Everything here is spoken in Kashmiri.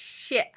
شیٚے